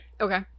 Okay